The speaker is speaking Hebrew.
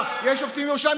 אמר: יש שופטים בירושלים.